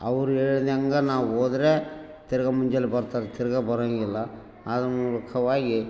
ಅವರು ಹೇಳಿದಂಗೆ ನಾವೊದ್ರೆ ತಿರ್ಗ ಮುಂಜಾಲ್ಬರ್ತರೆ ತಿರ್ಗ ಬರೋಂಗಿಲ್ಲ ಆದ್ರ ಮೂಲಕವಾಗಿ